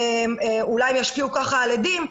אולי ישפיעו כך על עדים,